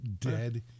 dead